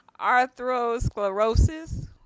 arthrosclerosis